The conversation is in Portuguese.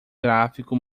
gráfico